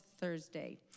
Thursday